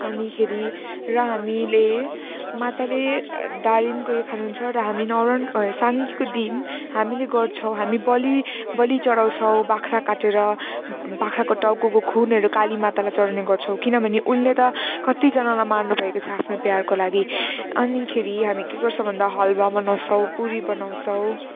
अनि खेरि र हामीले माताले दारिमको यो खानुहुन्छ र हामी न्वारन साङ्गेको दिन हामीले गर्छौँ हामी बलि बलि चढाउँछौँ बाख्रा काटेर बाख्राको टाउकोको खुनहरू काली मातालाई चढाउने गर्छौँ किनभने उनले त कत्तिजनालाई मार्नुभएको छ आफ्नो प्यारको लागि अनि खेरि हामी के गर्छौँ भन्दा हलुवा बनाउँछौँ पुरी बनाउँछौँ